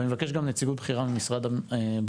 ואני מבקש גם נציגות בכירה ממשרד הבריאות.